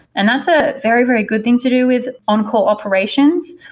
and that's a very, very good thing to do with on-call operations,